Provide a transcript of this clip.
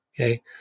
Okay